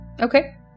Okay